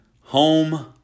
home